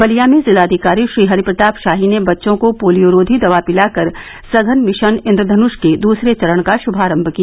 बलिया में जिलाधिकारी श्रीहरि प्रताप शाही ने बच्चों को पोलियोरोधी दवा पिलाकर सघन मिशन इंद्रधनुष के दूसरे चरण का श्मारम किया